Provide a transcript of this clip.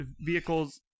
vehicles